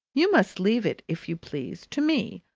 you must leave it, if you please, to me,